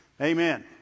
Amen